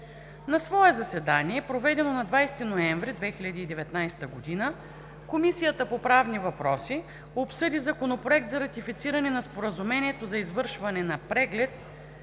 На редовно заседание, проведено на 21 ноември 2019 г., Комисията по бюджет и финанси разгледа законопроект за ратифициране на Споразумението за извършване на Преглед